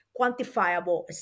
quantifiable